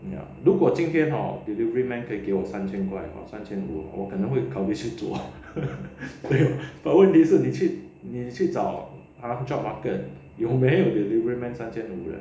ya lor 如果今天 hor deliveryman 可以给我三千块三千五我可能会考虑去做:ke yi gei wo san qian kuai san qian wu wo ke neng kao lv qu zuo but 问题是你去找 job market 有没有 deliveryman 三千五的